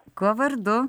kuo vardu